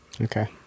Okay